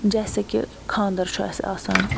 جیسے کہِ خانٛدر چھُ اَسہِ آسان